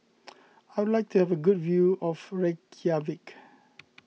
I would like to have a good view of Reykjavik